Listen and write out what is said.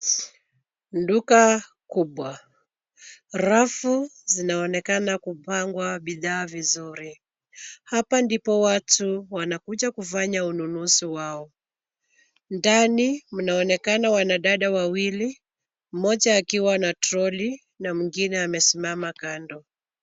Duka kubwa, rafu zinaonekana kupangwa bidhaa vizuri. Hapa ndipo watu wanakuja kufanya ununuzi wao. Ndani mnaonekana wanadada wawili mmoja akiwa na troli na mwingine amesimama kando.